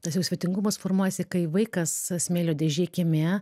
tas jau svetingumas formuojasi kai vaikas smėlio dėžėj kieme